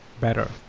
better